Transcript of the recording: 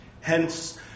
Hence